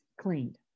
cleaned